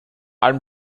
allem